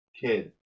kid